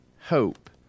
hope